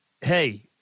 Hey